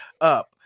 up